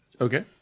Okay